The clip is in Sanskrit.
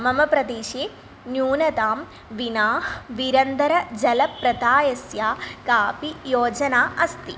मम प्रदेशे न्यूनतां विना विरन्दरजलप्रतायस्य कापि योजना अस्ति